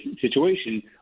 situation